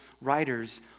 writers